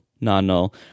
non-null